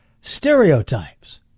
stereotypes